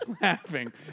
laughing